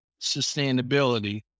sustainability